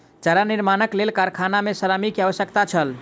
चारा निर्माणक लेल कारखाना मे श्रमिक के आवश्यकता छल